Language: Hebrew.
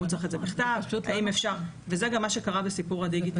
הוא צריך את זה בכתב וזה גם מה שקרה בסיפור הדיגיטל.